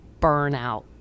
burnout